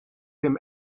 him